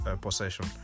possession